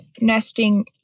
nesting